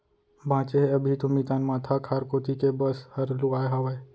बांचे हे अभी तो मितान माथा खार कोती के बस हर लुवाय हावय